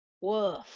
Woof